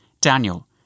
Daniel